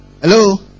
Hello